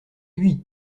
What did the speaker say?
lui